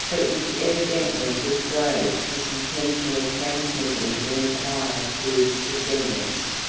but which evidently disclosed his intention of transmitting the empire to his descendants.